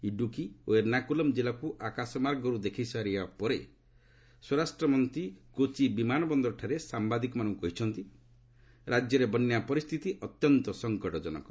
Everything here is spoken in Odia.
ଇଡ଼ୁକି ଓ ଏର୍ଷାକୁଲମ୍ ଜିଲ୍ଲାକୁ ଆକାଶମାର୍ଗରୁ ଦେଖିସାରିବା ପରେ ସ୍ୱରାଷ୍ଟ୍ର ମନ୍ତ୍ରୀ କୋଚି ବିମାନ ବନ୍ଦରଠାରେ ସାମ୍ବାଦିକମାନଙ୍କୁ କହିଛନ୍ତି ରାଜ୍ୟରେ ବନ୍ୟା ପରିସ୍ଥିତି ଅତ୍ୟନ୍ତ ସଙ୍କଟଜନକ